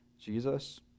Jesus